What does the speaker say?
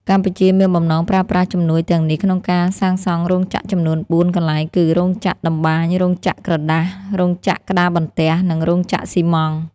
កម្ពុជាមានបំណងប្រើប្រាស់ជំនួយទាំងនេះក្នុងការសាងសង់រោងចក្រចំនួន ៤ កន្លែងគឺ រោងចក្រតម្បាញ រោងចក្រក្រដាស រោងចក្រក្តារបន្ទះ និងរោងចក្រស៊ីម៉ងត៍។